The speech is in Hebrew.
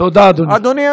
תודה, אדוני.